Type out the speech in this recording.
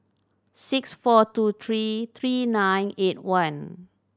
six four two three three nine eight one